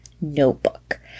notebook